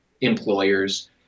employers